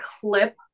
clip